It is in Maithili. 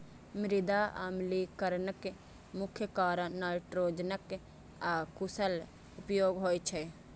मृदा अम्लीकरणक मुख्य कारण नाइट्रोजनक अकुशल उपयोग होइ छै